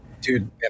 Dude